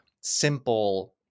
simple